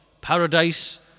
paradise